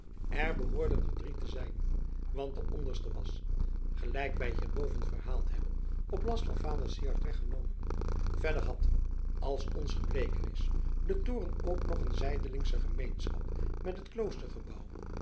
er behoorden er drie te zijn want de onderste was gelijk wij hierboven verhaald hebben op last van vader syard weggenomen verder had als ons gebleken is de toren ook nog een zijdelingsche gemeenschap met het